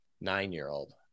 nine-year-old